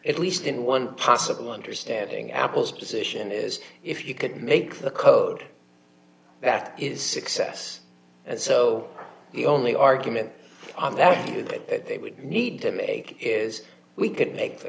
at least in one possible understanding apple's position is if you could make the code that is success and so the only argument on that that they would need to make is we could make the